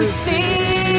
see